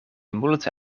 multe